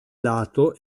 lato